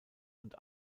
und